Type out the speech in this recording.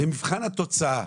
במבחן התוצאה,